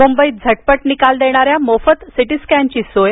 मुंबईत झटपट निकाल देणाऱ्या मोफत सिटीस्कॅनची सोय